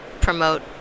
promote